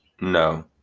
No